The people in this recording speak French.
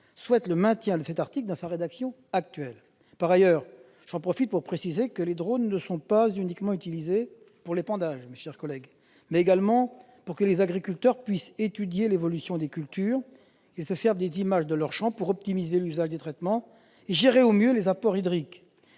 souhaite le maintien de cet article dans sa rédaction actuelle. Je profite de cette occasion pour préciser que les drones ne sont pas uniquement utilisés pour l'épandage ; ils permettent également aux agriculteurs d'étudier l'évolution des cultures : ces derniers se servent des images de leurs champs pour optimiser l'usage des traitements et gérer au mieux les apports hydriques.